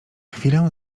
chwilę